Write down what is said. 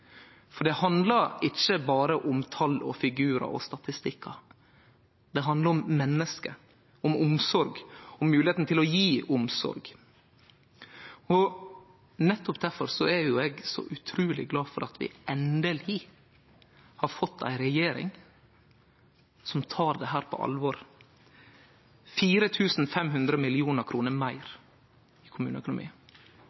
Det handlar ikkje om berre tal, figurar og statistikkar. Det handlar om menneske, om omsorg, om moglegheita til å gje omsorg. Nettopp difor er eg så utruleg glad for at vi endeleg har fått ei regjering som tek dette på alvor – 4 500 mill. kr meir